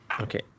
Okay